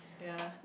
ya